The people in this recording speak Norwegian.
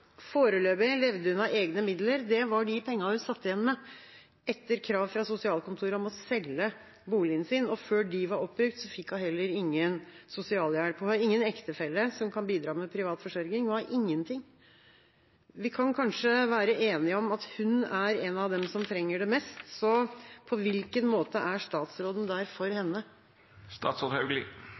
Foreløpig levde hun av egne midler. Det var de pengene hun satt igjen med etter krav fra sosialkontoret om å selge boligen sin. Før de var oppbrukt, fikk hun heller ingen sosialhjelp. Hun har ingen ektefelle som kan bidra med privat forsørging – hun har ingenting. Vi kan kanskje være enige om at hun er en av dem som trenger det mest. På hvilken måte er statsråden der for henne?